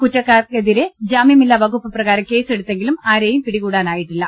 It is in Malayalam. കുറ്റക്കാർക്കെതിരെ ജാമ്യമില്ലാ വകുപ്പ് പ്രകാരം കേസെടു ത്തെങ്കിലും ആരേയും പിടികൂടാനായിട്ടില്ല